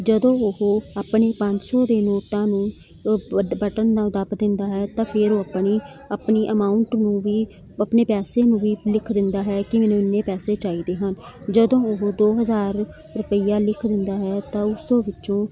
ਜਦੋਂ ਉਹ ਆਪਣੇ ਪੰਜ ਸੌ ਦੇ ਨੋਟਾਂ ਨੂੰ ਬ ਬਟਨ ਨਾਲ਼ ਦੱਬ ਦਿੰਦਾ ਹੈ ਤਾਂ ਫਿਰ ਉਹ ਆਪਣੀ ਆਪਣੀ ਅਮਾਊਂਟ ਨੂੰ ਵੀ ਆਪਣੇ ਪੈਸੇ ਨੂੰ ਵੀ ਲਿਖ ਦਿੰਦਾ ਹੈ ਕਿ ਮੈਨੂੰ ਇੰਨੇ ਪੈਸੇ ਚਾਹੀਦੇ ਹਨ ਜਦੋਂ ਉਹ ਦੋ ਹਜ਼ਾਰ ਰਪਈਆ ਲਿਖ ਦਿੰਦਾ ਹੈ ਤਾਂ ਉਸ ਵਿੱਚੋਂ